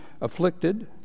afflicted